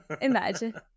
Imagine